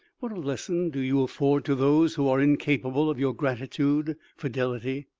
what a lesson do you afford to those who are incapable of your gratitude, fidelity,